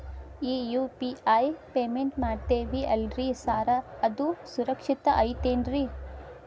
ಈ UPI payment ಮಾಡ್ತೇವಿ ಅಲ್ರಿ ಸಾರ್ ಅದು ಸುರಕ್ಷಿತ್ ಐತ್ ಏನ್ರಿ?